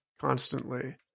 constantly